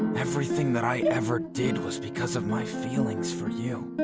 everything that i ever did was because of my feelings for you